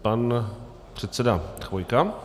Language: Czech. Pan předseda Chvojka.